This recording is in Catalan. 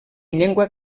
llengua